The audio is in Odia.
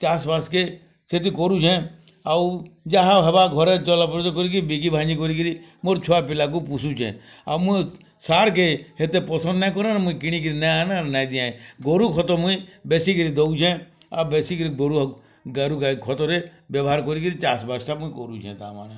ଚାଷ୍ ବାସ୍ କେ ସେଥି କରୁସେଁ ଆଉ ଯାହା ହବା ଘରେ ଚଲାବୁଲା କରି କି ବିକି ଭାଙ୍ଗି କରି ମୋର ଛୁଆ ପିଲାକୁ ପୋଷୁଛେ ଆଉ ମୁଁ ସାର୍ କେ ହେତେ ପସନ୍ଦ ନାଇ କରେଁ ନାଇ ମୁଇ କିଣି କି ନା ନାଇ ଦିଏ ଗୋରୁ ଖତ ମୁଇ ବେଶୀ କିରି ଦଉଛେଁ ଆଉ ବେଶୀ କିରି ଗୋରୁ ଗୋରୁ ଗାଇ ଖତରେ ବ୍ୟବହାର କରି କିରି ଚାଷ୍ ବାସ୍ଟା ମୁଁ କରୁଛେଁ ତାମାନେ